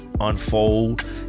unfold